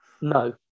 No